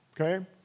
okay